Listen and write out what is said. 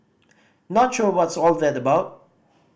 not sure what's all that about